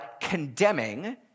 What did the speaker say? condemning